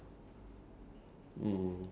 ya